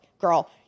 girl